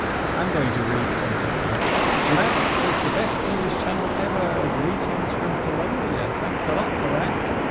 i'm going to read something now vlad says the best english channel ever greetings from columbia thanks a lot for that